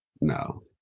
No